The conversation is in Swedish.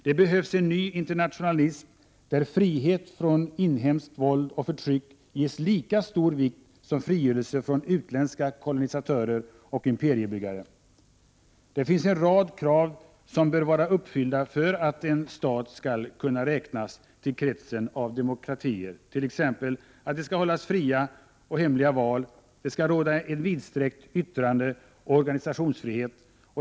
Det behövs en ny internationalism, där frihet från inhemskt våld och förtryck ges lika stor vikt som frigörelse från utländska kolonisatörer och imperiebyggare. Det finns en rad krav som bör vara uppfyllda för att en stat skall kunna räknas till kretsen av demokratier, t.ex.: — Det skall hållas fria och hemliga val. — Det skall råda en vidsträckt yttrandeoch organisationsfrihet.